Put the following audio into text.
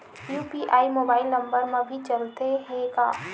UPI mobile number मा भी चलते हे का?